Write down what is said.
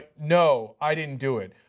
you know i didn't do it,